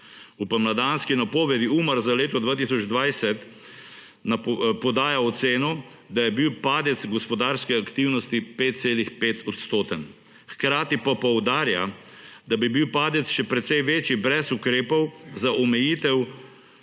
V pomladanski napovedi UMAR za leto 2020 podaja oceno, da je bil padec gospodarske aktivnosti 5,5-odstoten, hkrati pa poudarja, da bi bil padec še precej večji brez ukrepov za omejitev